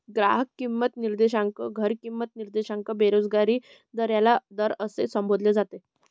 ग्राहक किंमत निर्देशांक, घर किंमत निर्देशांक, बेरोजगारी दर याला दर असे संबोधले जाते